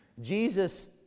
Jesus